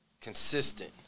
consistent –